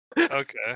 Okay